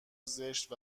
زشت